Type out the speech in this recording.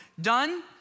done